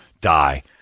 die